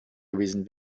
gewesen